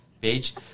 page